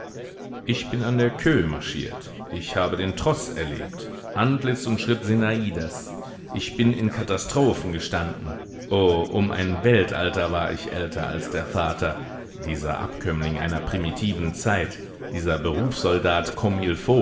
ich bin an der queue marschiert ich habe den troß erlebt antlitz und schritt sinadas ich bin in katastrophen gestanden o um ein weltalter war ich älter als der vater dieser abkömmling einer primitiven zeit dieser berufssoldat comme